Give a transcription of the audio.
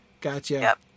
Gotcha